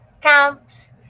camps